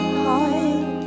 heart